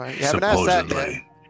Supposedly